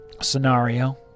scenario